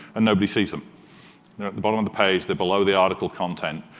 and nobody sees them. they're at the bottom of the page, they're below the article content,